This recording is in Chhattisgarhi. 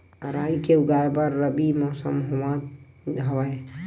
राई के उगाए बर रबी मौसम होवत हवय?